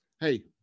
hey